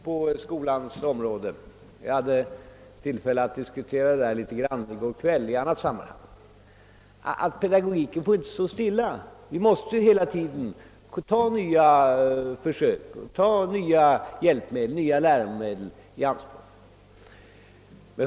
På skolans område är det ju så — jag hade tillfälle att diskutera dessa ting i går kväll i annat sammanhang — att pedagogiken inte får stå stilla. Vi måste hela tiden göra nya försök och ta nya läromedel och hjälpmedel i anspråk.